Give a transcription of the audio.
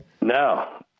No